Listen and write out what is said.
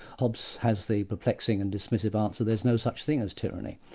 hobbes has the perplexing and dismissive answer there's no such thing as tyranny.